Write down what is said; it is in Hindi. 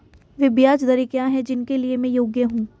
वे ब्याज दरें क्या हैं जिनके लिए मैं योग्य हूँ?